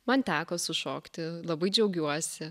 man teko sušokti labai džiaugiuosi